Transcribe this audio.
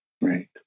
Right